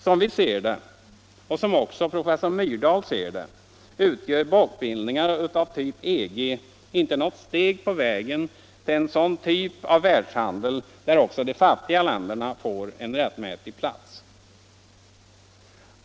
Som vi ser det, och som också professor Myrdal ser det, utgör blockbildningar av typ EG inte något steg på vägen till en sådan typ av världshandel där också de fattiga länderna får en rättmätig plats.